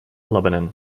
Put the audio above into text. lebanon